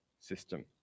system